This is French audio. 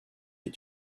est